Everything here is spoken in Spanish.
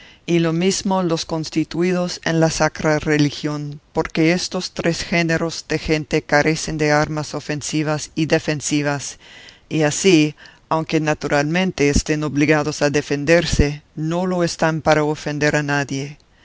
y lo mesmo los constituidos en la sacra religión porque estos tres géneros de gente carecen de armas ofensivas y defensivas y así aunque naturalmente estén obligados a defenderse no lo están para ofender a nadie